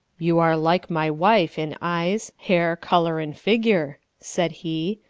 you are like my wife in eyes, hair, colour, and figure said he.